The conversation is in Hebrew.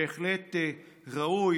בהחלט ראוי.